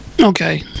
Okay